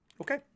Okay